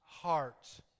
hearts